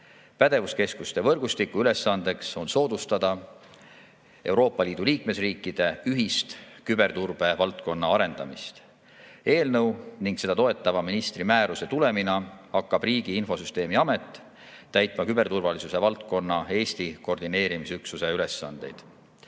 Pädevuskeskuste võrgustiku ülesanne on soodustada Euroopa Liidu liikmesriikide ühist küberturbevaldkonna arendamist. Eelnõu ning seda toetava ministri määruse tulemina hakkab Riigi Infosüsteemi Amet täitma küberturvalisuse valdkonna Eesti koordineerimisüksuse ülesandeid.